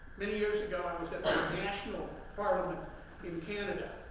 many years ago, i was at the national parliament in canada,